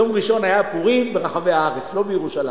יום ראשון היה פורים ברחבי הארץ, לא בירושלים,